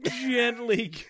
gently